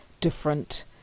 different